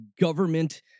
government